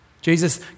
Jesus